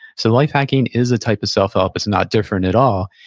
so life hacking is a type of self-help. it's not different at all.